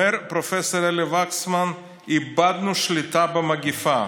אומר פרופ' אלי וקסמן: איבדנו שליטה במגפה.